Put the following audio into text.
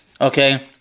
Okay